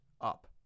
up